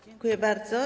Dziękuję bardzo.